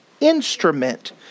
instrument